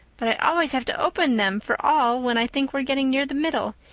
but i always have to open them for all when i think we're getting near the middle.